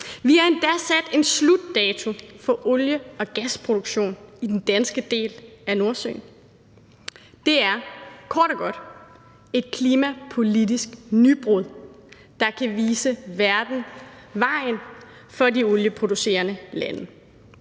Vi har endda sat en slutdato for olie- og gasproduktion i den danske del af Nordsøen. Det er kort og godt et klimapolitisk nybrud, der kan vise verden vejen for de olieproducerende lande.